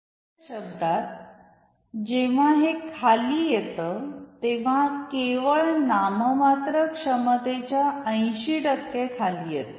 वेगळ्या शब्दांत जेव्हा हे खाली येत तेव्हा केवळ नाममात्र क्षमतेच्या 80 टक्के खाली येत